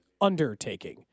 undertaking